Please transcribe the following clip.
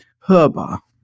hörbar